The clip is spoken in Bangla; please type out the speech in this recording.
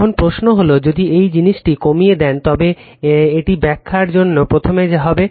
এখন প্রশ্ন হল যদি এই জিনিসটি কমিয়ে দেন তবে এটি ব্যাখ্যার জন্য প্রথমে হবে